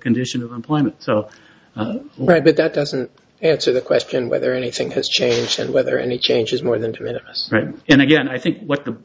condition of employment so right but that doesn't answer the question whether anything has changed and whether any changes more than where and again i think what the